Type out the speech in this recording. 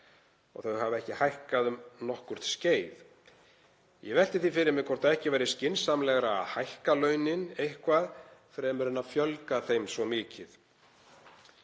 og hafa þau ekki hækkað um nokkurt skeið. Ég velti því fyrir mér hvort ekki væri skynsamlegra að hækka launin eitthvað fremur en að fjölga þeim svo mikið.